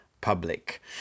public